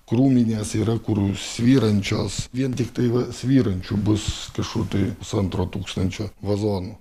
krūminės yra kur svyrančios vien tiktai va svyrančių bus kažkur tai pusantro tūkstančio vazonų